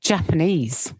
Japanese